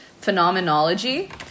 phenomenology